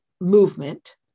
movement